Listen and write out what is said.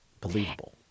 Believable